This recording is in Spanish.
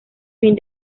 fin